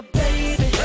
baby